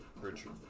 Richard